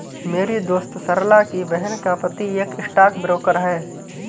मेरी दोस्त सरला की बहन का पति एक स्टॉक ब्रोकर है